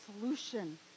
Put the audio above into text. solution